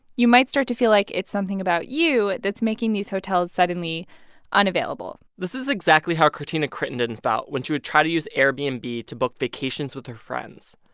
you might start to feel like it's something about you that's making these hotels suddenly unavailable this is exactly how quirtina crittenden felt when she would try to use airbnb to book vacations with her friends.